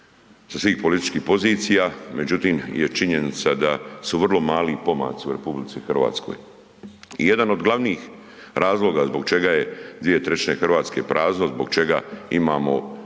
sa svih političkih pozicija. Međutim, je činjenica da su vrlo mali pomaci u RH. Jedan od glavnih razloga zbog čega je 2/3 RH prazno, zbog čega imamo